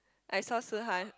I saw Shi-Han